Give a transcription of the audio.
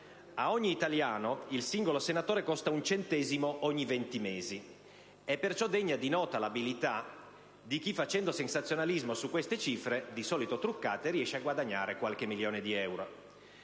A ogni italiano, il singolo senatore costa un centesimo ogni 20 mesi. È perciò degna di nota l'abilità di chi, facendo sensazionalismo su queste cifre, di solito truccate, riesce a guadagnare qualche milione di euro.